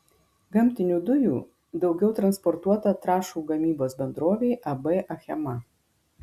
gamtinių dujų daugiau transportuota trąšų gamybos bendrovei ab achema